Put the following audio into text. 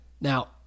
Now